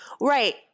right